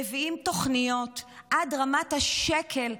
מביאים תוכניות עד רמת השקל,